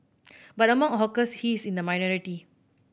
but among hawkers he is in the minority